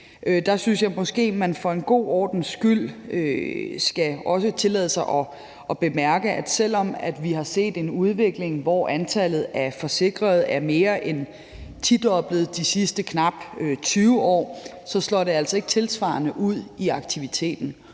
Der synes jeg måske, at man for en god ordens skyld også skal tillade sig at bemærke, at selv om vi har set en udvikling, hvor antallet af forsikrede er mere end tidoblet de sidste knap 20 år, så slår det altså ikke tilsvarende ud i aktiviteten.